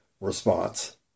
response